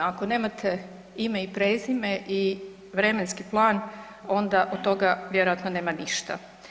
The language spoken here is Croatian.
Ako nemate ime i prezime i vremenski plan onda od toga vjerojatno nema ništa.